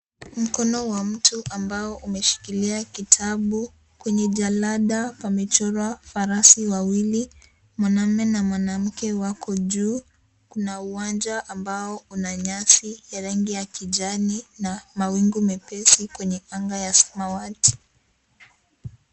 Mkono wa mtu ambao umeshikilia kitabu ,kwenye jalada pamechorwa farasi wawili mwanaume na mwanamke wako juu, kuna uwanja ambao Una nyasi ya rangi ya kijani na mawingu mepesi kwenye anga ya samawati.